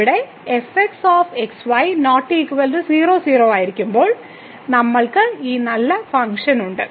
x y 00 ആയിരിക്കുമ്പോൾ ഇവിടെ fxx y ≠ 00 ആയിരിക്കുമ്പോൾ നമ്മൾക്ക് ഈ നല്ല ഫംഗ്ഷൻ ഉണ്ട്